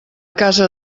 casa